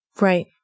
Right